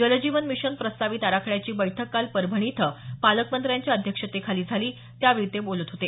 जल जीवन मिशन प्रस्तावित आराखड्याची बैठक काल परभणी इथं पालकमंत्र्यांच्या अध्यक्षतेखाली झाली त्यावेळी ते बोलत होते